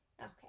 Okay